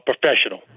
professional